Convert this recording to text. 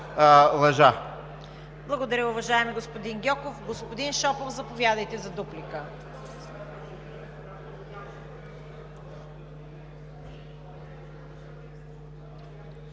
Благодаря, уважаеми господин Гьоков. Господин Шопов, заповядайте за дуплика.